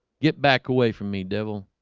get back away from me devil,